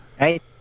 Right